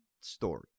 story